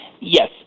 Yes